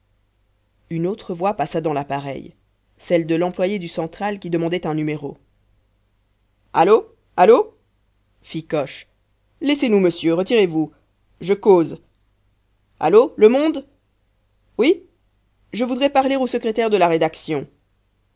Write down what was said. une autre voix passa dans l'appareil celle de l'employé du central qui demandait un numéro allô allô fit coche laissez-nous monsieur retirezvous je cause allô le monde oui je voudrais parler au secrétaire de la rédaction